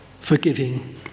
forgiving